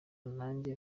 nanjye